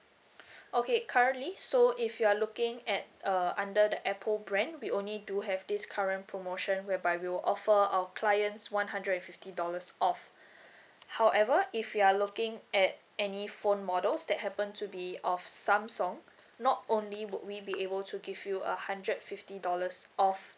okay currently so if you are looking at uh under the apple brand we only do have this current promotion whereby we'll offer our clients one hundred and fifty dollars off however if you are looking at any phone models that happen to be of samsung not only would we be able to give you a hundred fifty dollars off